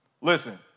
Listen